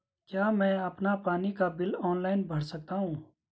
क्या मैं अपना पानी का बिल ऑनलाइन भर सकता हूँ?